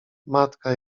matka